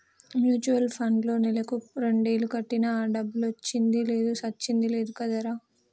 mutual పండ్లో నెలకు రెండేలు కట్టినా ఆ డబ్బులొచ్చింది లేదు సచ్చింది లేదు కదరా